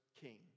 king